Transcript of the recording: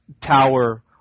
tower